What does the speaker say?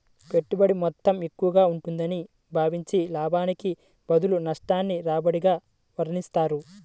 పెట్టుబడి మొత్తం ఎక్కువగా ఉందని భావించి, లాభానికి బదులు నష్టాన్ని రాబడిగా వర్ణిస్తారు